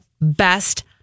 best